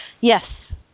Yes